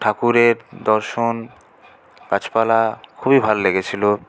ঠাকুরের দর্শন গাছপালা খুবই ভাল লেগেছিলো